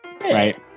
Right